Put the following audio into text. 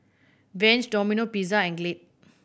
Vans Domino Pizza and Glade